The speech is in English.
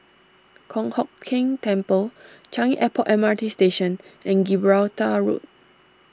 Kong Hock Keng Temple Changi Airport M R T Station and Gibraltar Road